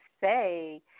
Say